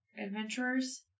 adventurers